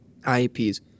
IEPs